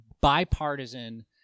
bipartisan